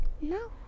No